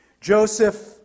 Joseph